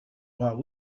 while